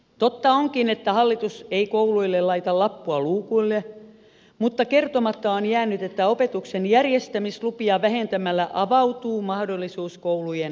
totta onkin että hallitus ei kouluille laita lappua luukulle mutta kertomatta on jäänyt että opetuksen järjestämislupia vähentämällä avautuu mahdollisuus koulujen sulkemiseen